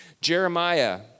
Jeremiah